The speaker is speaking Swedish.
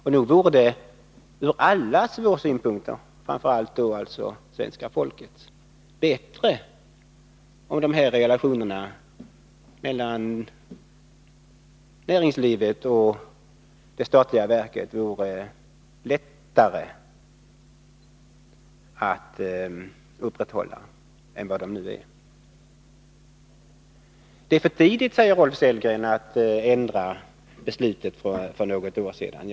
Och nog vore det från allas våra synpunkter — framför allt då svenska folkets — bättre om relationerna mellan näringslivet och det statliga verket vore lättare att upprätthålla än vad de nu är! Det är för tidigt, säger Rolf Sellgren, att ändra beslutet från något år sedan.